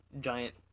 giant